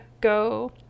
go